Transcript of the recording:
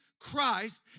Christ